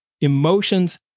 emotions